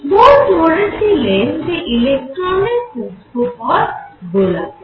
bore ধরেছিলেন যে ইলেক্ট্রনের কক্ষপথ গোলাকার